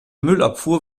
müllabfuhr